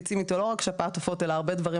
שמפיץ לא רק שפעת עופות אלא הרבה דברים